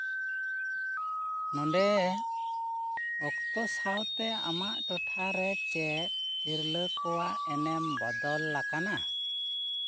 ᱱᱚᱰᱮ ᱚᱠᱛᱚ ᱥᱟᱶᱛᱮ ᱟᱢᱟᱜ ᱴᱚᱴᱷᱟᱨᱮ ᱪᱮᱫ ᱛᱤᱨᱞᱟᱹ ᱠᱚᱣᱟᱜ ᱮᱱᱮᱢ ᱵᱚᱫᱚᱞ ᱟᱠᱟᱱᱟ